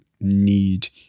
need